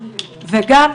וגם,